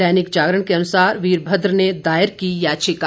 दैनिक जागरण के अनुसार वीरभद्र ने दायर की याचिका